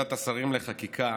ועדת השרים לחקיקה